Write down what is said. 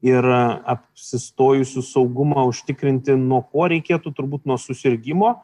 ir apsistojusių saugumą užtikrinti nuo ko reikėtų turbūt nuo susirgimo